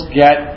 get